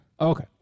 Okay